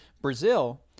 Brazil